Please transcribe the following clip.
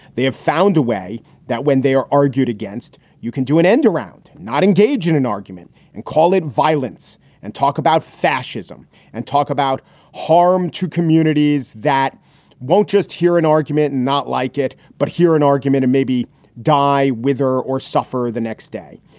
they have found a way that when they are argued against, you can do an end around. not engage in an argument and call it violence and talk about fascism and talk about harm to communities that won't just hear an argument and not like it, but hear an argument and maybe die with her or suffer the next day.